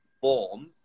form